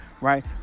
right